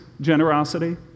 generosity